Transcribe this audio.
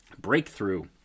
breakthrough